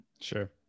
Sure